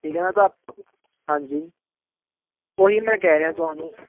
ਕੀ ਕਹਿਣਾ ਤਾਂ ਹਾਂਜੀ ਉਹ ਹੀ ਮੈਂ ਕਹਿ ਰਿਹਾ ਤੁਹਾਨੂੰ